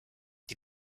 die